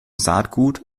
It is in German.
saatgut